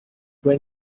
when